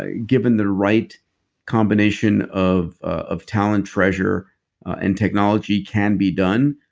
ah given the right combination of of talent, treasure and technology, can be done.